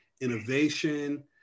innovation